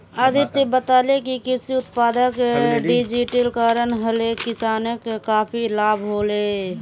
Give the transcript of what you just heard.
अदित्य बताले कि कृषि उत्पादक डिजिटलीकरण हले किसानक काफी लाभ हले